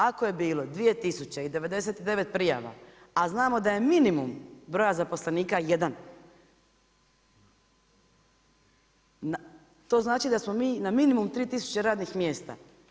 Ako je bilo 2099 prijava, a znamo da je minimum broja zaposlenika 1, to znači da smo mi na minimum 3000 radnih mjesta.